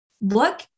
look